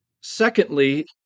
secondly